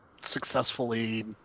successfully